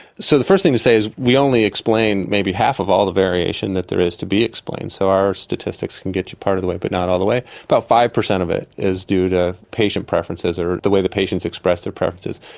so the first thing to say is we only explain maybe half of all the variation that there is to be explained. so our statistics can get you part of the way but not all of the way. about five per cent of it is due to patient preferences or the way the patients express their preferences.